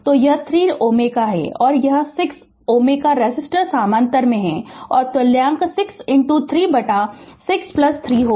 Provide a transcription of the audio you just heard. तो यह 3 Ω और 6 Ω रेसिस्टर समानांतर में हैं और तुल्यांक 6 3 बटा 6 3 होगा